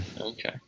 Okay